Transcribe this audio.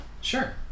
sure